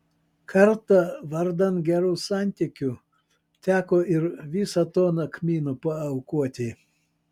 kartą vardan gerų santykių teko ir visą toną kmynų paaukoti